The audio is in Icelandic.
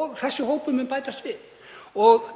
og þessi hópur mun bætast við.